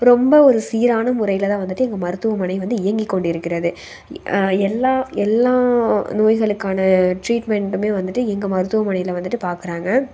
ரொம்ப ஒரு சீரான முறையில் தான் வந்துட்டு இங்கே மருத்துமனை வந்து இயங்கி கொண்டு இருக்கிறது எல்லாம் எல்லா நோய்களுக்கான ட்ரீட்மெண்டுமே வந்துட்டு எங்கள் மருத்துவமனையில் வந்துட்டு பார்க்குறாங்க